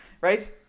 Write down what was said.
Right